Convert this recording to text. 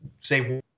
say